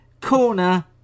Corner